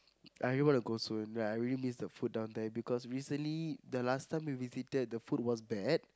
I really wanna go soon ya I really miss the food down there because recently the last time we visited the food was bad